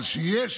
אבל כשיש